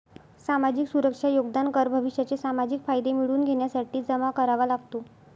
सामाजिक सुरक्षा योगदान कर भविष्याचे सामाजिक फायदे मिळवून घेण्यासाठी जमा करावा लागतो